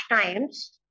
times